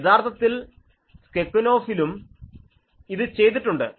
യഥാർത്ഥത്തിൽ സ്കെക്കുനോഫിലും ഇത് ചെയ്തിട്ടുണ്ട്